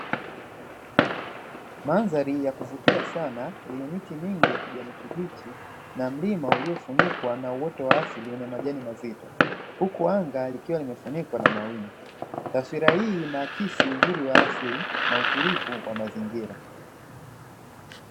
Mandhari ya kuvutia sana yenye miti mingi ya kijani kibichi, na mlima uliofunikwa na uoto wa asili wenye majani mazito, huku anga likiwa limefunikwa na mawingu. Taswira hii inaakisi uzuri wa asili, na utulivu wa mazingira.